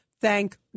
Thank